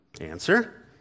Answer